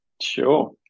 Sure